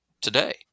today